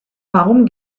warum